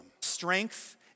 Strength